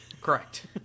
Correct